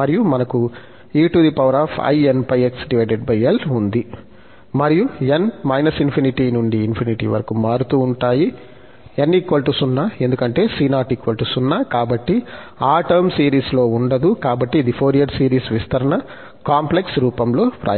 మరియు మనకు e inπxl ఉంది మరియు n −∞ నుండి ∞వరకు మారుతూ ఉంటాయి n 0 ఎందుకంటే c0 0 కాబట్టి ఆ టర్మ్ సిరీస్లో ఉండదు కాబట్టి ఇది ఫోరియర్ సిరీస్ విస్తరణ కాంప్లెక్స్ రూపంలో వ్రాయబడింది